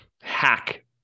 hack